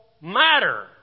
matter